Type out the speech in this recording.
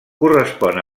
correspon